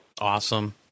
Awesome